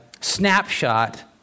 snapshot